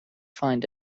find